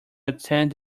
attend